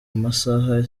masaha